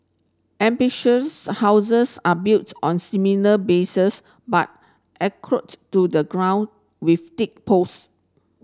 amphibious houses are built on similar bases but anchored to the ground with thick post